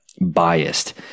biased